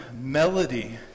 melody